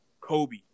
kobe